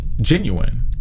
genuine